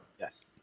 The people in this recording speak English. Yes